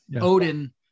odin